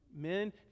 Men